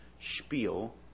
spiel